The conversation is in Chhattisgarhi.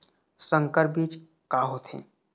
संकर बीज का होथे?